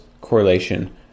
correlation